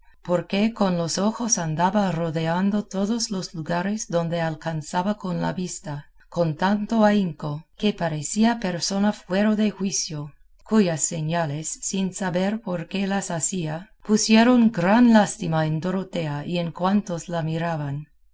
asombrado porque con los ojos andaba rodeando todos los lugares donde alcanzaba con la vista con tanto ahínco que parecía persona fuera de juicio cuyas señales sin saber por qué las hacía pusieron gran lástima en dorotea y en cuantos la miraban